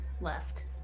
left